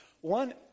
One